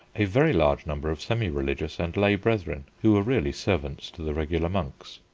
a very large number of semi-religious and lay brethren, who were really servants to the regular monks.